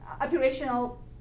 operational